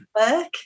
work